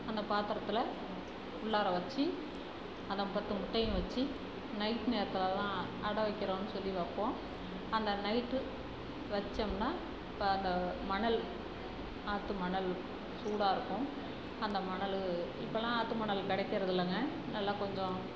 அந்த பாத்தரத்தில் உள்ளார வச்சு அந்த பத்து முட்டையும் வச்சு நைட் நேரத்தில் தான் அட வைக்கிறோன்னு சொல்லி வைப்போம் அந்த நைட்டு வச்சோம்னால் இப்போ அந்த மணல் ஆற்று மணல் சூடாக இருக்கும் அந்த மணல் இப்போல்லாம் ஆற்று மணல் கிடைக்கிறதில்லங்க நல்லா கொஞ்சம்